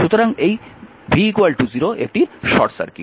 সুতরাং তাই v 0 short circuit